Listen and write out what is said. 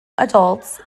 adults